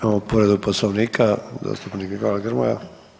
Imamo povredu Poslovnika, zastupnik Nikola Grmoja.